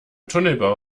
tunnelbau